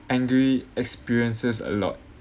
angry experiences a lot